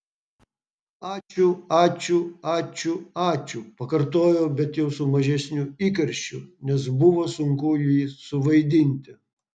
ačiū ačiū ačiū ačiū pakartojau bet jau su mažesniu įkarščiu nes buvo sunku jį suvaidinti